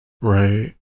right